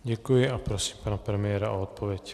Děkuji a prosím pana premiéra o odpověď.